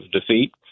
defeat